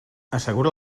assegura